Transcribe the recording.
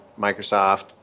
Microsoft